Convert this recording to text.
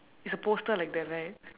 it's a poster like that right